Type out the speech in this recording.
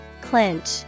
Clinch